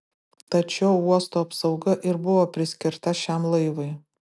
tad šio uosto apsauga ir buvo priskirta šiam laivui